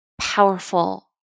powerful